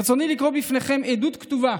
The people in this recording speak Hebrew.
ברצוני לקרוא בפניכם עדות כתובה